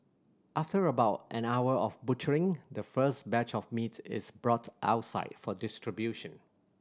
after about an hour of butchering the first batch of meat is brought outside for distribution